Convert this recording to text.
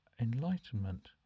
enlightenment